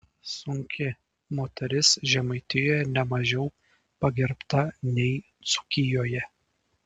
sunki moteris žemaitijoje ne mažiau pagerbta nei dzūkijoje